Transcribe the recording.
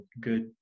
Good